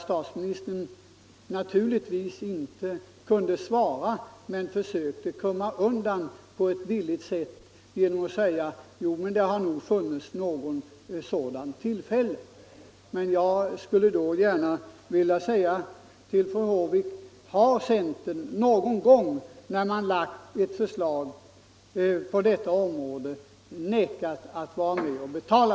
Statsministern kunde naturligtvis inte svara men försökte Onsdagen den komma undan på ett billigt sätt genom att säga: ”Jo, det har nog funnits 4 december 1974 något sådant tillfälle.” Jag vill alltså fråga fru Håvik: Har centern någon gång när den har = Sänkning av den lagt fram ett förslag på detta område vägrat att vara med och betala?